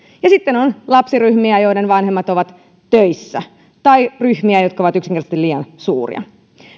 ja sitten on lapsiryhmiä joiden vanhemmat ovat töissä tai ryhmiä jotka ovat yksinkertaisesti liian suuria